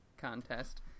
contest